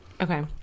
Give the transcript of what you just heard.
Okay